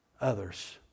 others